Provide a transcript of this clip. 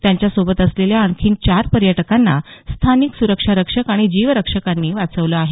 त्यांच्यासोबत असलेल्या आणखी चार पर्यटकांना स्थानिक सुरक्षा रक्षक आणि जीवरक्षकांनी वाचवलं आहे